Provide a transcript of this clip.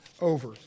over